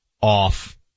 off